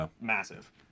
massive